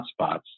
hotspots